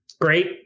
great